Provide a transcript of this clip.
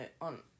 on